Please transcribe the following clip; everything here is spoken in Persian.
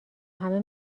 همه